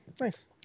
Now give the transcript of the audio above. Nice